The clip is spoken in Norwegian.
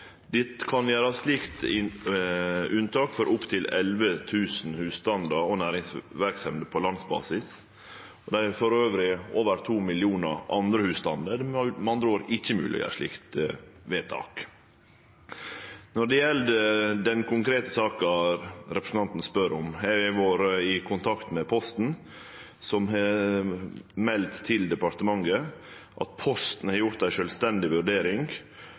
kan gjerast slikt unntak for opp til 11 000 husstandar og næringsverksemder på landsbasis. For dei over to millionar andre husstandane er det med andre ord ikkje mogleg å gjere slikt vedtak. Når det gjeld den konkrete saka representanten spør om, har eg vore i kontakt med Posten, som har meldt til departementet at Posten har gjort ei sjølvstendig vurdering